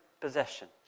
possession